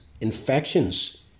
infections